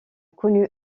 connu